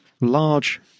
large